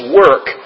work